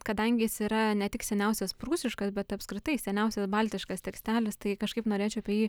kadangi jis yra ne tik seniausias prūsiškas bet apskritai seniausias baltiškas tekstelis tai kažkaip norėčiau apie jį